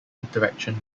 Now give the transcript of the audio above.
interaction